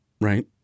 Right